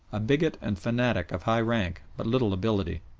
a bigot and fanatic of high rank but little ability.